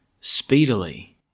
speedily